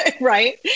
right